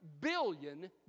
billion